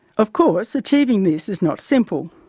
of course, achieving this is not simple.